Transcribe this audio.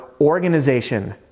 organization